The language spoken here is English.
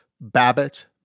Babbitt